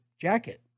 jacket